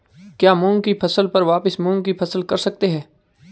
क्या मूंग की फसल पर वापिस मूंग की फसल कर सकते हैं?